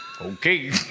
okay